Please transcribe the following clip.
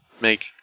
Make